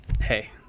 hey